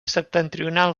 septentrional